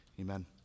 Amen